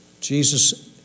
Jesus